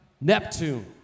Neptune